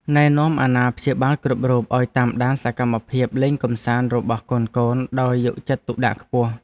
ណែនាំអាណាព្យាបាលគ្រប់រូបឱ្យតាមដានសកម្មភាពលេងកម្សាន្តរបស់កូនៗដោយយកចិត្តទុកដាក់ខ្ពស់។